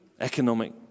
economic